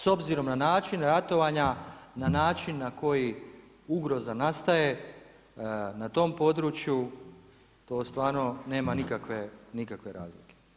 S obzirom na način ratovanja, na način na koji ugroza nastaje, na tom području, to stvarno nema nikakve razlike.